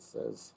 Says